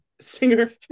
Singer